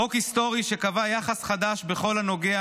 חוק היסטורי שקבע יחס חדש בכל הנוגע